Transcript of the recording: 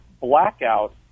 blackout